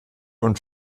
und